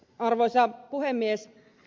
arvoisa puhemies